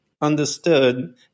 understood